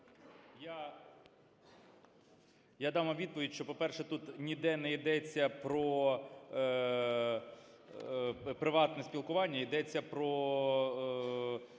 Я дам вам відповідь, що, по-перше, тут ніде не йдеться про приватне спілкування. Йдеться про